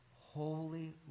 holy